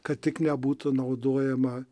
kad tik nebūtų naudojama